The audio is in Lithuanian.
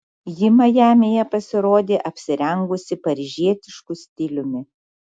ji majamyje pasirodė apsirengusi paryžietišku stiliumi